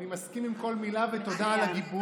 אני מסכים עם כל מילה, ותודה על הגיבוי.